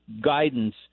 guidance